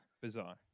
bizarre